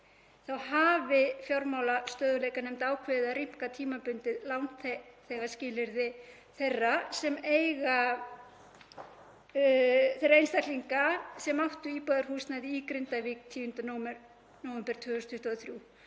hafi fjármálastöðugleikanefnd ákveðið að rýmka tímabundið langtímaskilyrði þeirra sem eiga og þeirra einstaklinga sem áttu íbúðarhúsnæði í Grindavík 10. nóvember 2023,